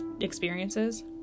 experiences